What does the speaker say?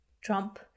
trump